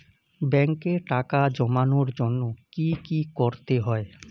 ব্যাংকে টাকা জমানোর জন্য কি কি করতে হয়?